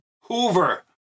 Hoover